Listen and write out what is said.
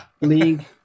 League